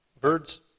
birds